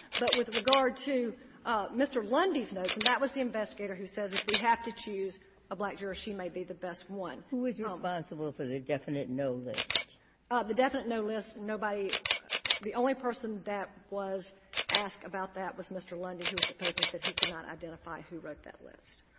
but with regard to mr. lundy's, notes, and that was the investigator who said if we have to choose a black juror, she may be the best one. ginsburg who was responsible for the definite no list? burton ah the definite no list, nobody the only person that was asked about that was mr. lundy, who was deposed and said he could not identify who wrote that list.